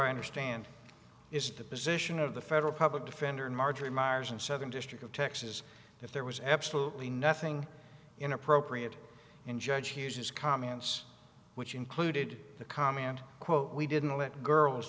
i understand is the position of the federal public defender and marjorie myers in southern district of texas if there was absolutely nothing inappropriate in judge hears his comments which included the comment quote we didn't let girls